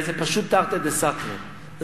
זה פשוט תרתי דסתרי,